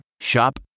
Shop